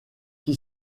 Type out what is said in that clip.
qui